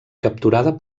capturada